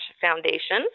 foundation